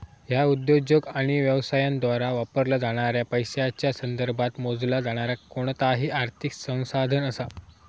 ह्या उद्योजक आणि व्यवसायांद्वारा वापरला जाणाऱ्या पैशांच्या संदर्भात मोजला जाणारा कोणताही आर्थिक संसाधन असा